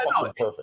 perfect